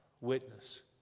witness